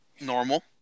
normal